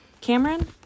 cameron